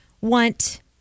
want